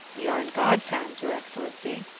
we are in god's hands, your excellency.